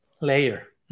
layer